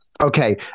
Okay